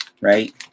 right